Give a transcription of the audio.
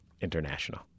International